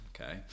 okay